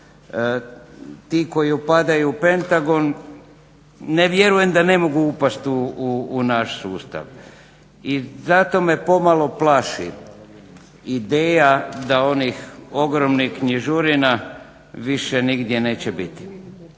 Ti koji upadaju u Pentagon ne vjerujem da ne mogu upast u naš sustav i zato me pomalo plaši ideja da onih ogromnih knjižurina više nigdje neće biti,